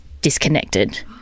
disconnected